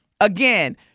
again